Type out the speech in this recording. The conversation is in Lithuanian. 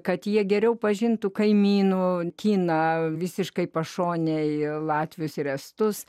kad jie geriau pažintų kaimynų kiną visiškai pašonėje latvijos ir estus